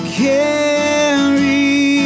carry